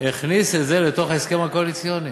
הכניס את זה לתוך ההסכם הקואליציוני.